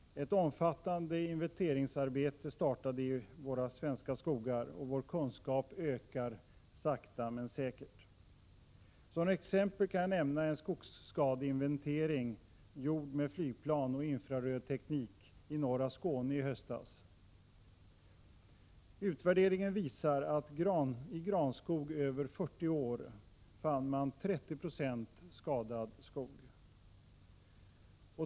Ett omfattande inventeringsarbete startade i våra svenska skogar, och vår kunskap ökar sakta men säkert. Som exempel kan jag nämna en skogsskadeinventering gjord med flygplan och infrarödteknik i norra Skåne i höstas. Utvärderingen visar att i granskog över 40 år fann man 30 90 skadad skog.